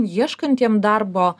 ieškantiem darbo